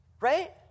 right